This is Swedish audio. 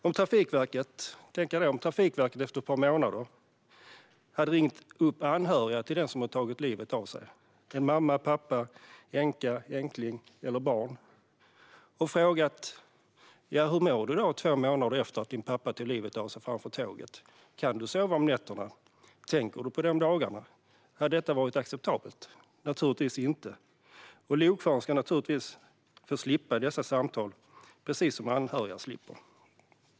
Om Trafikverket efter ett par månader hade ringt upp en anhörig till den som har tagit livet av sig - en mamma, pappa, änka, änkling eller ett barn - och frågat hur man mår två månader efter att pappa tog livet av sig framför tåget, eller om man kan sova om nätterna, eller om man tänker på det om dagarna, hade det varit acceptabelt? Naturligtvis inte. Lokföraren ska naturligtvis slippa få dessa samtal, precis som anhöriga slipper.